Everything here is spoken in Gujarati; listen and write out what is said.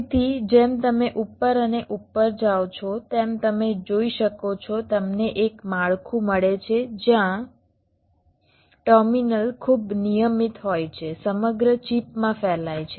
તેથી જેમ તમે ઉપર અને ઉપર જાઓ છો તેમ તમે જોઈ શકો છો તમને એક માળખું મળે છે જ્યાં ટર્મિનલ ખૂબ નિયમિત હોય છે સમગ્ર ચિપમાં ફેલાય છે